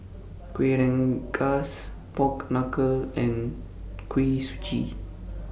Kueh Rengas Pork Knuckle and Kuih Suji